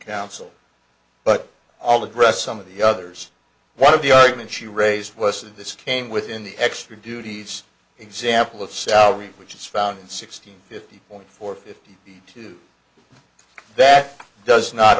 counsel but all the rest some of the others one of the argument she raised wasn't this came within the extra duties example of salary which is found sixteen fifty point four fifty two that does not